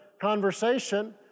conversation